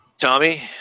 Tommy